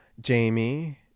Jamie